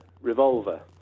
Revolver